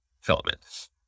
filaments